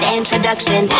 introduction